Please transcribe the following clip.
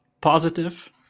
positive